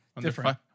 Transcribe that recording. Different